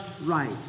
right